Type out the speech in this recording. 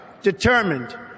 determined